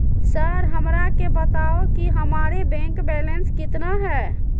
Sir हमरा के बताओ कि हमारे बैंक बैलेंस कितना है?